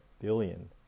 billion